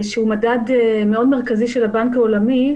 שהוא מדד מאוד מרכזי של הבנק העולמי,